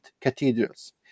cathedrals